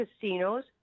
casinos